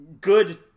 Good